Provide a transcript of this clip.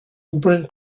bring